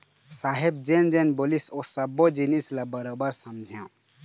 साहेब जेन जेन बोलिस ओ सब्बो जिनिस ल बरोबर समझेंव